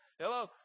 Hello